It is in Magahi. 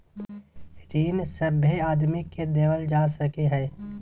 ऋण सभे आदमी के देवल जा सको हय